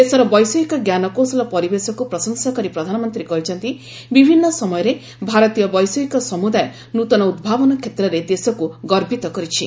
ଦେଶର ବୈଷୟିକ ଜ୍ଞାନକୌଶଳ ପରିବେଶକୁ ପ୍ରଶଂସା କରି ପ୍ରଧାନମନ୍ତ୍ରୀ କହିଛନ୍ତି ବିଭିନ୍ନ ସମୟରେ ଭାରତୀୟ ବୈଷୟିକ ସମୁଦାୟ ନୂତନ ଉଦ୍ଭାବନ କ୍ଷେତ୍ରରେ ଦେଶକୁ ଗର୍ବିତ କରିଛି